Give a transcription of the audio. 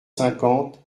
cinquante